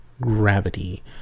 Gravity